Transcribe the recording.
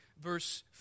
verse